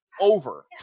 Over